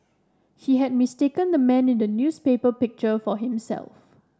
he had mistaken the man in the newspaper picture for himself